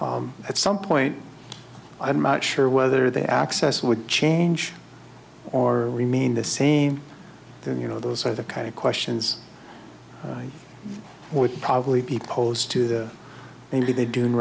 at some point i'm not sure whether the access would change or remain the same then you know those are the kind of questions would probably be posed to